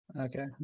Okay